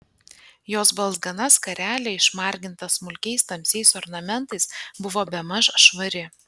jos balzgana skarelė išmarginta smulkiais tamsiais ornamentais buvo bemaž švari